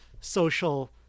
social